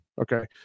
okay